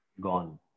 gone